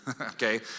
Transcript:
Okay